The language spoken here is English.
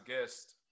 guest